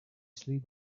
slid